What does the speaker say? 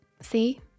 See